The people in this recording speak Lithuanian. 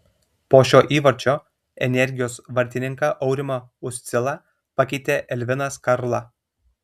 po šio įvarčio energijos vartininką aurimą uscilą pakeitė elvinas karla